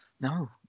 No